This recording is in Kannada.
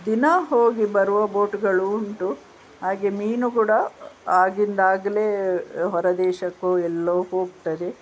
ದಿನಾ ಹೋಗಿ ಬರುವ ಬೋಟುಗಳು ಉಂಟು ಹಾಗೆ ಮೀನು ಕೂಡ ಆಗಿಂದಾಗ್ಲೆ ಹೊರದೇಶಕ್ಕೋ ಎಲ್ಲೋ ಹೋಗ್ತದೆ